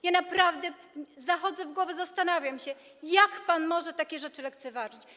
Ja naprawdę zachodzę w głowę, zastanawiam się, jak pan może takie rzeczy lekceważyć?